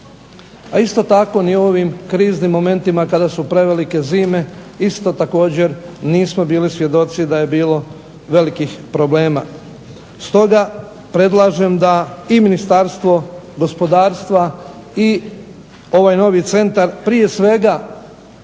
a isto tako ni ovim kriznim momentima kada su prevelike zime isto također nismo bili svjedoci da je bilo velikih problema. Stoga predlažem da i Ministarstvo gospodarstva i ovaj novi centar prije svega,